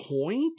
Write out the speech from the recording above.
point